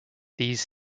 these